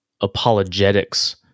apologetics